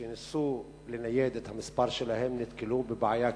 שניסו לנייד את המספר שלהם, נתקלו בבעיה כאובה,